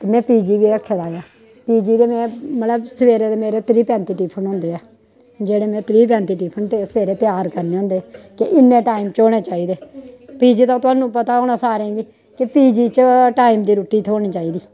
ते में P G बी रखे दा ऐ पी जी ते में मतलब सबैह्रे ते मेरे त्रीह् पैंती टिफिन होंदे ऐ जेह्ड़े में त्रीह् पैंती टिफिन ते सबैह्रे त्यार करने होंदे कि इ'न्ने टाइम च होने चाहिदे पी जी दा थाह्नूं पता होना सारें गी कि पी जी च टाइम दी रुट्टी थ्होनी चाहिदी